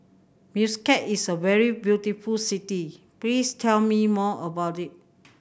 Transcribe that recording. Muscat is a very beautiful city please tell me more about it